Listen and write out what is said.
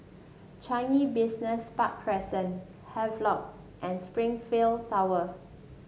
Changi Business Park Crescent Havelock and Springleaf Tower